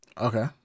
Okay